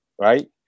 Right